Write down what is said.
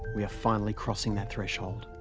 we are finally crossing that threshold.